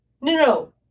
No